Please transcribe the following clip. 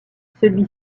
celui